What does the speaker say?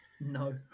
No